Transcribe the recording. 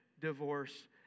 divorce